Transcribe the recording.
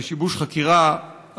ושיבוש חקירה,